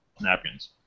napkins